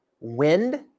wind